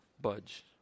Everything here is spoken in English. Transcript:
budge